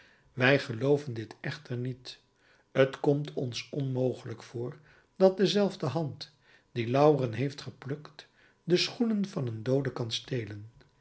wij gelooven dit echter niet t komt ons onmogelijk voor dat dezelfde hand die lauweren heeft geplukt de schoenen van een doode kan stelen